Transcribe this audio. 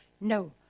No